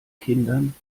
kindern